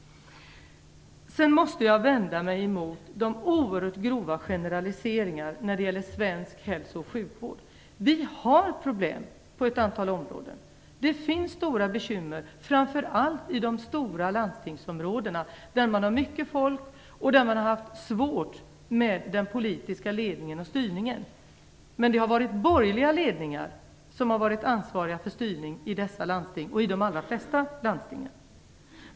Sedan måste jag vända mig mot de oerhört grova generaliseringarna när det gäller svensk hälso och sjukvård. Vi har problem på ett antal områden. Det finns stora bekymmer, framför allt i de stora landstingsområdena, där man har mycket folk och har svårigheter med den politiska ledningen och styrningen. Men det har varit borgerliga ledningar som har varit ansvariga för styrningen i de allra flesta landstingen.